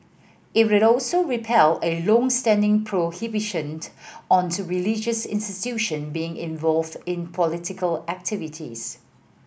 it also repeal a long standing prohibition on to religious institution being involved in political activities